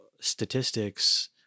statistics